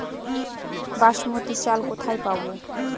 বাসমতী চাল কোথায় পাবো?